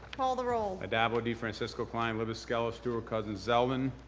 call the roll. addabbo, defrancisco, klein, libous, skelos, stewart-cousins, zeldin.